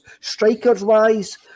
strikers-wise